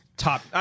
top